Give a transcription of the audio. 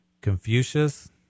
confucius